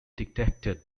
detected